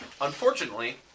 Unfortunately